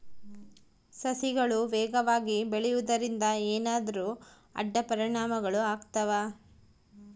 ಸಸಿಗಳು ವೇಗವಾಗಿ ಬೆಳೆಯುವದರಿಂದ ಏನಾದರೂ ಅಡ್ಡ ಪರಿಣಾಮಗಳು ಆಗ್ತವಾ?